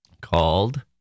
called